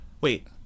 Wait